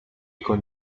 con